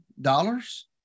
dollars